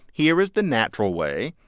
here is the natural way,